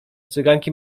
cyganki